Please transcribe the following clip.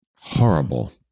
Horrible